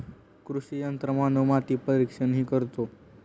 कृषी यंत्रमानव माती परीक्षणही करतो